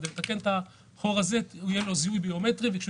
כדי לתקן את החור הזה יהיה לו זיהוי ביומטרי וכשהוא